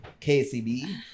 KCB